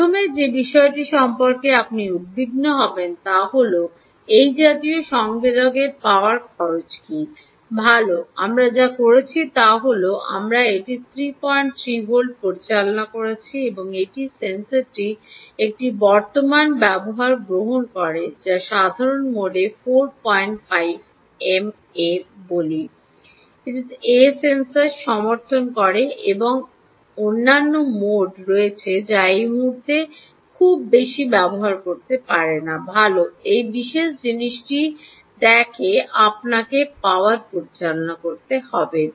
প্রথম যে বিষয়টি সম্পর্কে আপনি উদ্বিগ্ন হবেন তা হল এই জাতীয় সংবেদকের পাওয়ার খরচ কী ভাল আমরা যা করেছি তা হল আমরা এটি 33 ভোল্টে পরিচালনা করেছি এবং এটি সেন্সরটির একটি বর্তমান বর্তমান ব্যবহার গ্রহণ করে যা সাধারণ মোডে 45 এমএ বলি A সেন্সর সমর্থন করে এমন অন্যান্য মোড রয়েছে যা এই মুহুর্তে খুব বেশি ব্যবহৃত হতে পারে না ভাল এই বিশেষ জিনিসটি দেখে আপনাকে পাওয়ার পরিচালনা করতে হবে